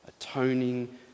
Atoning